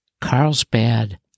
Carlsbad